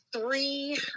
three